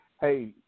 hey